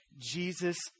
Jesus